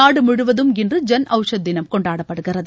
நாடு முழுவதும் இன்று ஜன் ஔஷத் தினம் கொண்டாடப்படுகிறது